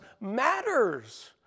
matters